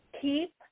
Keep